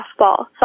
Softball